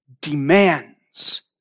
demands